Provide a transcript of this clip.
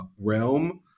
realm